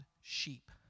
sheep